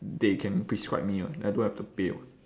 they can prescribe me [what] then I don't have to pay [what]